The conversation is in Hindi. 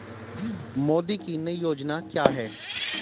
मोदी की नई योजना क्या है?